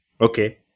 Okay